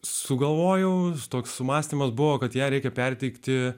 sugalvojau toks mąstymas buvo kad ją reikia perteikti